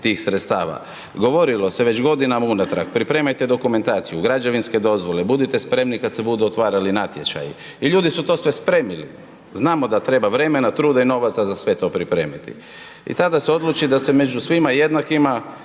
tih sredstava. Govorilo se već godinama unatrag, pripremajte dokumentaciju, građevinske dozvole, budite spremni kad se budu otvarali natječaji i ljudi su to sve spremili, znamo da treba vremena, truda i novaca za sve to pripremiti i tada se odluči da se među svima jednakima,